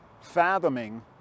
fathoming